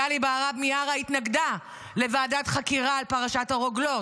גלי בהרב מיארה התנגדה לוועדת חקירה על פרשת הרוגלות.